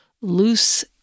loose